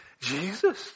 Jesus